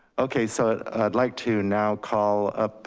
okay, so i'd like to now call up